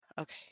Okay